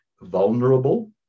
vulnerable